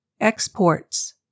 Exports